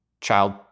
child